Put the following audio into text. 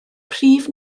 prif